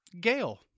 Gail